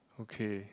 okay